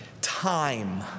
time